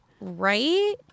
right